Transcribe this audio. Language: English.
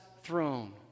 throne